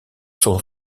sont